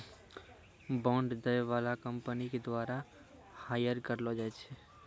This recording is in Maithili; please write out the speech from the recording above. बांड दै बाला के कंपनी के द्वारा हायर करलो जाय छै